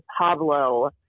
Pablo